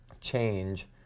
change